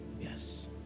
Yes